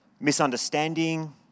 Misunderstanding